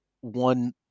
one